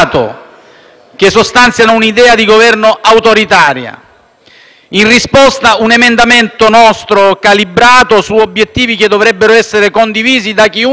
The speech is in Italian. un nostro emendamento calibrato su obiettivi che dovrebbero essere condivisi da chiunque sia chiamato a responsabilità politiche e istituzionali nel Paese.